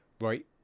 Right